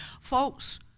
Folks